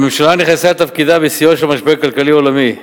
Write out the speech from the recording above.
הממשלה נכנסה לתפקידה בשיאו של משבר כלכלי עולמי,